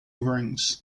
rings